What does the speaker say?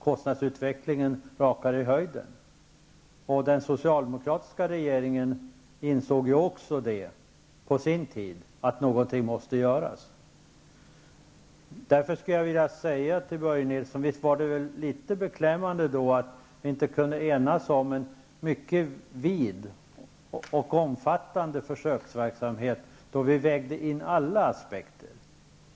Kostnaderna rakar i höjden, och den socialdemokratiska regeringen insåg på sin tid också att någonting måste göras. Därför skulle jag vilja säga till Börje Nilsson att visst var litet beklämmande att vi inte kunde enas om en mycket vid och omfattande försöksverksamhet där vi vägde in alla aspekter.